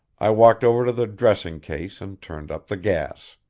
i walked over to the dressing-case and turned up the gas.